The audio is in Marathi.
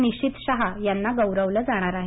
निशित शहा यांना गौरवलं जाणार आहे